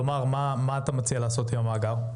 מה אתה מציע לעשות עם המאגר?